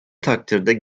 takdirde